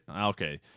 okay